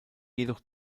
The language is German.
jedoch